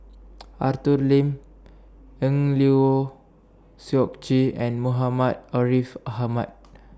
Arthur Lim Eng Lee Seok Chee and Muhammad Ariff Ahmad